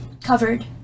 covered